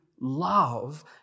love